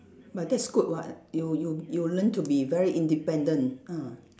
but that's good [what] you you you learn to be very independent ah